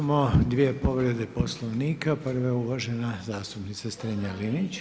Imamo dvije povrede Poslovnika, prva je uvažena zastupnica Strenja-Linić.